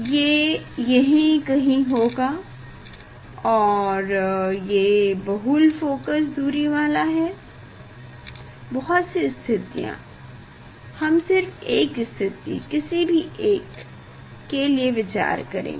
ये यही कही होगा और ये बहुल फोकस दूरी वाला है बहुत सी स्थितियाँ हम सिर्फ एक स्थिति किसी भी के लिए विचार करेंगे